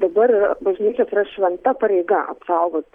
dabar yra bažnyčios šventa pareiga apsaugot